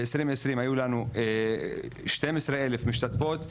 2020 היו לנו 12 אלף משתתפות.